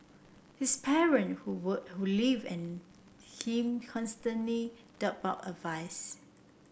his parent who work who live an him constantly doled out advice